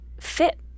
fit